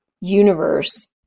universe